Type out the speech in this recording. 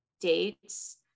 dates